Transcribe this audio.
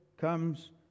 comes